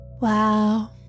Wow